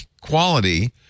quality